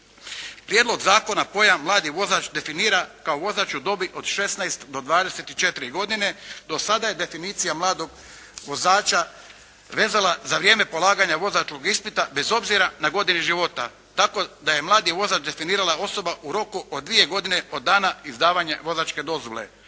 Prijedlog zakona pojam "mladi vozač" definira kao vozač u dobi od 16 do 24 godine. Do sada je definicija "mladog vozača" vezala za vrijeme polaganja vozačkog ispita bez obzira na godine života. Tako da je "mladi vozač" definirala osoba u roku od dvije godine od dana izdavanja vozačke dozvole.